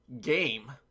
game